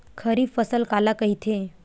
खरीफ फसल काला कहिथे?